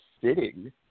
sitting